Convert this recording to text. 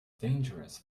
dangerous